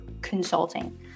consulting